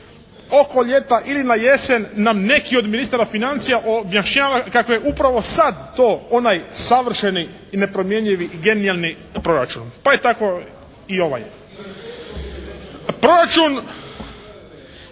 oko ljeta ili na jesen nam neki od ministara financija objašnjava kako je upravo sad to onaj savršeni i nepromjenjivi genijalni proračun pa je tako i ovaj. Proračun